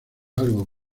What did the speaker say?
algo